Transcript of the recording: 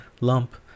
lump